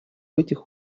этих